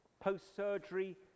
post-surgery